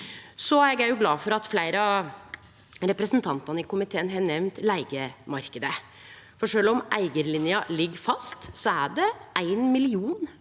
er òg glad for at fleire av representantane i komiteen har nemnt leigemarknaden. Sjølv om eigarlinja ligg fast, er det éin million